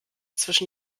zwischen